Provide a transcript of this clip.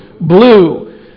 Blue